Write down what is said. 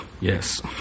yes